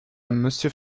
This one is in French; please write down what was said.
monsieur